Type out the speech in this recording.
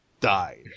died